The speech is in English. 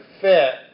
fit